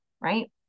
right